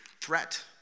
threat